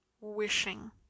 wishing